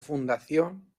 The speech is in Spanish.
fundación